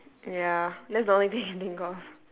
ya that's the only thing I can think of